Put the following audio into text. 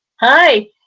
Hi